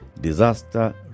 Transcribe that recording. Disaster